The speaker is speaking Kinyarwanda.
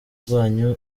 rwanyu